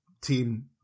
team